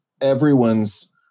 everyone's